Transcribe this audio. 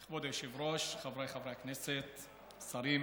כבוד היושב-ראש, חבריי חברי הכנסת, השרים,